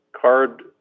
card